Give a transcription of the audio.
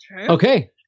Okay